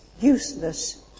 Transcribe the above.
useless